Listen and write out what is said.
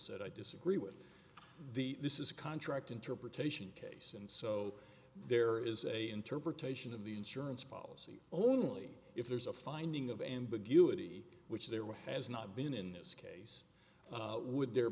said i disagree with the this is a contract interpretation case and so there is a interpretation of the insurance policy only if there's a finding of ambiguity which there were has not been in this case would there